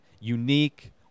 unique